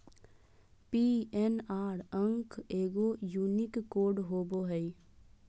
PNR अंक एगो unique code होबो हइ